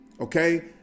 okay